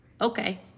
Okay